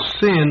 sin